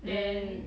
then